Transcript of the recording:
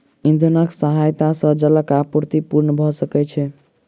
इंधनक सहायता सॅ जलक आपूर्ति पूर्ण भ सकै छै